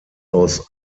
aus